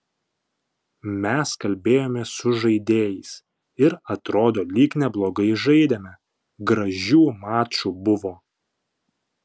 mes kalbėjomės su žaidėjais ir atrodo lyg neblogai žaidėme gražių mačų buvo